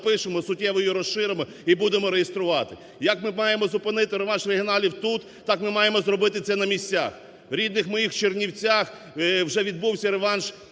напишемо, суттєво її розширимо і будемо реєструвати. Як ми маємо зупинити реванш "регіоналів" тут, так ми маємо зробити це на місцях. В рідних моїх Чернівцях вже відбувся реванш